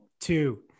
two